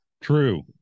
True